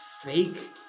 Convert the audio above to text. fake